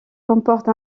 comporte